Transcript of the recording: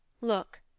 Look